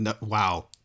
wow